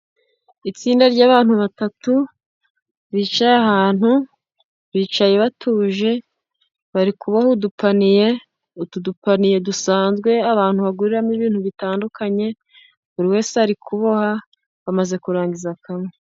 Itsinda ry'abantu batatu bicaye ahantu bicaye batuje bari kuboha udupaniye utu dupaniye dusanzwe abantu baguriramo ibintu bitandukanye buri wese ari kuboha. Bamaze kurangiza kamwe.